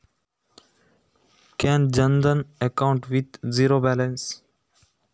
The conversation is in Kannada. ಝೀರೋ ಬ್ಯಾಲೆನ್ಸ್ ನಲ್ಲಿ ಜನ್ ಧನ್ ಖಾತೆ ಮಾಡಬಹುದೇ?